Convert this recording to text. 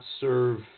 serve